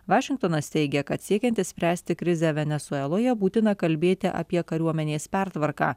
vašingtonas teigia kad siekiant išspręsti krizę venesueloje būtina kalbėti apie kariuomenės pertvarką